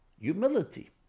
Humility